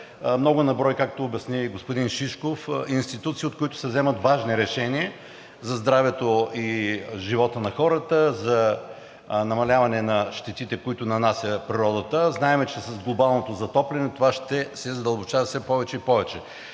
много на брой, както обясни господин Шишков, институции, от които се вземат важни решения за здравето и живота на хората, за намаляване на щетите, които нанася природата. Знаем, че с глобалното затопляне това ще се задълбочава все повече и повече.